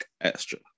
extra